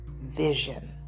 vision